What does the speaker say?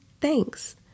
thanks